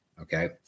Okay